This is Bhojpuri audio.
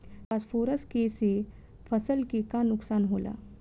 फास्फोरस के से फसल के का नुकसान होला?